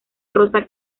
rosa